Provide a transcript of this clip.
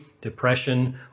depression